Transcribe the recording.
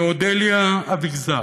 מאודליה אביגזר,